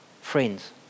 Friends